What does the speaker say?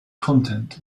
content